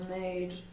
made